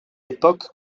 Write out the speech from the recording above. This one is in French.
époque